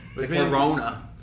Corona